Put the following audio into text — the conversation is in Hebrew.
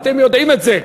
ואתם יודעים את זה,